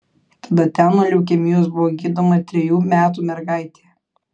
tada ten nuo leukemijos buvo gydoma trejų metų mergaitė